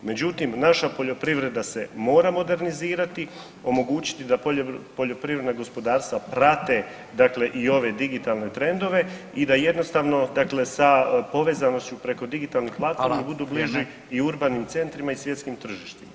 Međutim, naša poljoprivreda se mora modernizirati, omogućiti da poljoprivredna gospodarstva prate dakle i ove digitalne trendove i da jednostavno dakle sa povezanošću preko digitalnih platformi [[Upadica: Hvala, vrijeme.]] budu bliži i urbanim centrima i svjetskim tržištima.